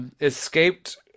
escaped